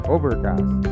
Overcast